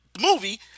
movie